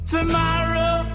Tomorrow